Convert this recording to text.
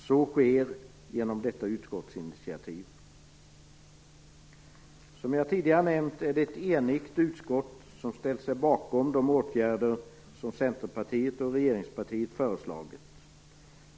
Så sker genom detta utskottsinitiativ. Som jag tidigare nämnt är det enigt utskott som ställt sig bakom de åtgärder som Centerpartiet och regeringspartiet föreslagit.